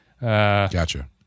Gotcha